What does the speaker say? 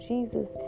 Jesus